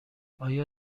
آیا